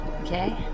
Okay